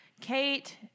Kate